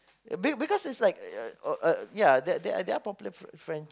be~ because it's like uh uh ya there there are popular friend